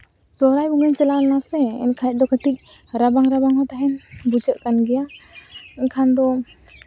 ᱥᱚᱦᱚᱨᱟᱭ ᱵᱚᱸᱜᱟᱧ ᱪᱟᱞᱟᱣ ᱞᱮᱱᱟ ᱥᱮ ᱮᱱᱠᱷᱟᱡ ᱫᱚ ᱠᱟᱹᱴᱤᱡ ᱨᱟᱵᱟᱝ ᱨᱟᱵᱟᱝ ᱦᱚᱸ ᱛᱟᱦᱮᱱ ᱵᱩᱡᱷᱟᱹᱜ ᱠᱟᱱ ᱜᱮᱭᱟ ᱮᱱᱠᱷᱟᱱ ᱫᱚ